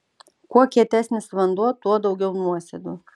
kuo kietesnis vanduo tuo daugiau nuosėdų